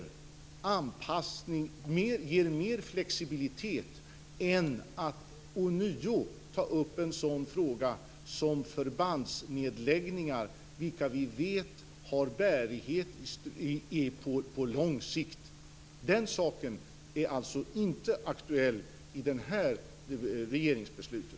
Detta är något som ger mer flexibilitet än att ånyo ta upp en sådan fråga som förbandsnedläggningar, som vi vet har bärighet på lång sikt men som inte är aktuell i det här regeringsbeslutet.